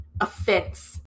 offense